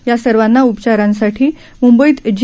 या सर्वांना उपचारासाठी मुंबईत जी